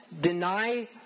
deny